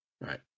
right